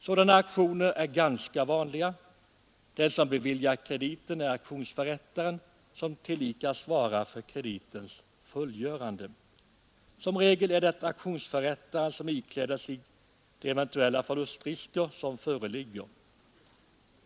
Sådana auktioner är ganska vanliga. Den som beviljar krediten är auktionsförrättaren som tillika svarar för kreditens fullgörande. Som regel är det auktionsförrättaren som ikläder sig de eventuella förlustrisker som föreligger.